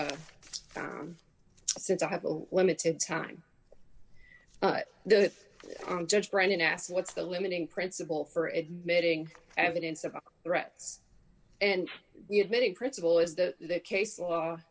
eldad since i have a limited time but the judge brennan asked what's the limiting principle for admitting evidence of threats and we had many principle is the case law